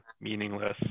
meaningless